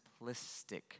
simplistic